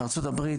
בארצות הברית.